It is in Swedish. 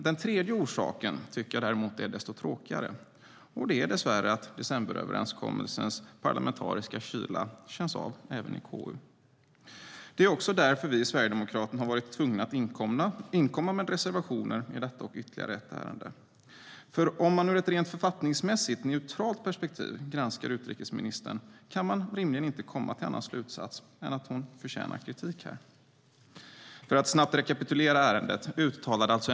Den tredje orsaken tycker jag däremot är desto tråkigare och det är dessvärre att decemberöverenskommelsens parlamentariska kyla känns av även i KU. Det är också därför vi i SD har varit tvungna att inkomma med en reservation i detta och ytterligare ett ärende. För om man ur ett rent författningsmässigt, neutralt perspektiv granskar utrikesministern kan man rimligen inte komma till annan slutsats än att hon här förtjänar kritik. Gransknings-betänkandeUtrikesministerns information till EU:s medlemsländer om kommande erkännande av Staten Palestina Låt mig snabbt rekapitulera ärendet.